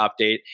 update